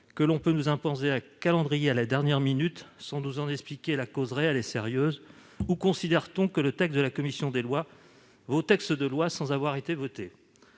que l'on peut nous imposer un calendrier à la dernière minute, sans nous en expliquer la cause réelle et sérieuse ? Ou considère-t-on que le texte de la commission des lois vaut loi sans même avoir été voté ?